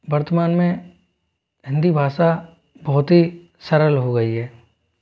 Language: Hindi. वर्तमान में हिंदी भाषा बहुत ही सरल हो गई है